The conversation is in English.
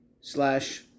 slash